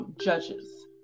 Judges